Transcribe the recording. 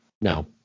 no